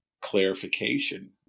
clarification